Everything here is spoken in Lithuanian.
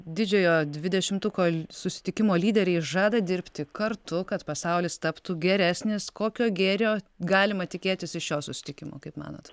didžiojo dvidešimtuko susitikimo lyderiai žada dirbti kartu kad pasaulis taptų geresnis kokio gėrio galima tikėtis iš šio susitikimo kaip manot